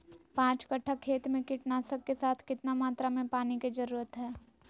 पांच कट्ठा खेत में कीटनाशक के साथ कितना मात्रा में पानी के जरूरत है?